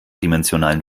dimensionalen